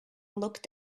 looked